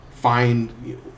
Find